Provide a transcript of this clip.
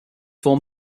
form